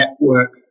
network